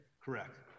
correct